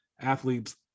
athletes